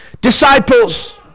disciples